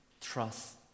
trust